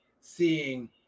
seeing